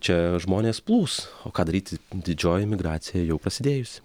čia žmonės plūs o ką daryt didžioji migracija jau prasidėjus